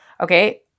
okay